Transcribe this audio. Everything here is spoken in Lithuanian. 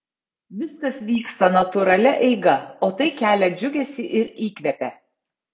viskas vyksta natūralia eiga o tai kelia džiugesį ir įkvepia